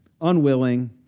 unwilling